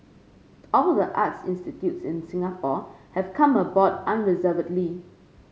all the arts institutes in Singapore have come aboard unreservedly